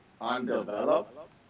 undeveloped